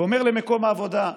ואומר למקום העבודה: